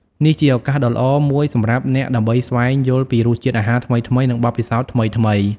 នេះជាឱកាសដ៏ល្អមួយសម្រាប់អ្នកដើម្បីស្វែងយល់ពីរសជាតិអាហារថ្មីៗនិងបទពិសោធន៍ថ្មីៗ។